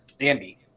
Andy